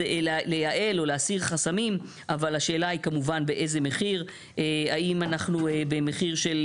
אפילו אין כאן הבחנה ביכולת של חדירה